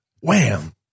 Wham